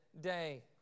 day